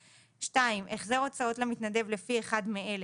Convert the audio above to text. החזר הוצאות למתנדב לפי אחד מאלה,